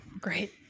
Great